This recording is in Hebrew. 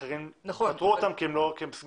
אחרים, פטרו אותם כי הם סגורים.